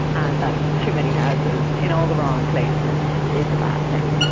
and that too many houses, in all the wrong places is a bad thing.